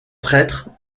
prêtre